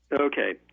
Okay